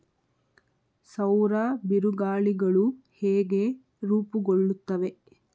ಸೌರ ಬಿರುಗಾಳಿಗಳು ಹೇಗೆ ರೂಪುಗೊಳ್ಳುತ್ತವೆ?